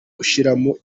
ushyiramo